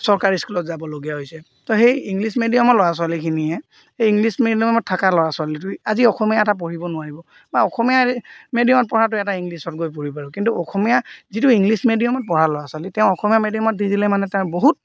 চৰকাৰী স্কুলত যাবলগীয়া হৈছে ত' সেই ইংলিছ মিডিয়ামৰ ল'ৰা ছোৱালীখিনিয়ে এই ইংলিছ মিডিয়ামত থকা ল'ৰা ছোৱালীটোই আজি অসমীয়া এটা পঢ়িব নোৱাৰিব বা অসমীয়া মিডিয়ামত পঢ়াটো এটা ইংলিছত গৈ পঢ়িব আৰু কিন্তু অসমীয়া যিটো ইংলিছ মিডিয়ামত পঢ়া ল'ৰা ছোৱালী তেওঁ অসমীয়া মিডিয়ামত দি দিলে মানে তেওঁ বহুত